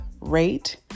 rate